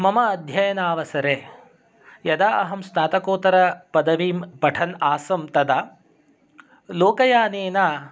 मम अध्ययनावसरे यदा अहं स्नातकोत्तरपदवीं पठन् आसम् तदा लोकयानेन